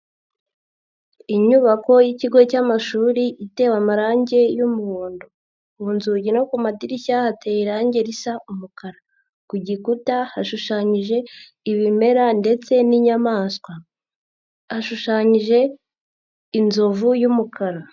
Inyubako y'ikigo cyamashuri itewe amarangi y'umuhondo, ku nzugi no ku madirishya hateye irangi risa umukara, ku gikuta hashushanyije ibimera ndetse n'inyamaswa, hashushanyije inzovu y'umukara.